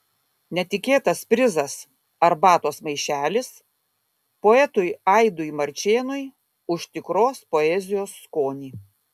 netikėtas prizas arbatos maišelis poetui aidui marčėnui už tikros poezijos skonį